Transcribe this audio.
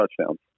touchdowns